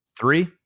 Three